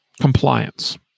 compliance